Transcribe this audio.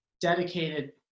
dedicated